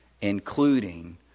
including